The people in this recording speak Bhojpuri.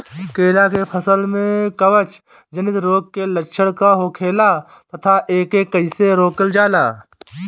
केला के फसल में कवक जनित रोग के लक्षण का होखेला तथा एके कइसे रोकल जाला?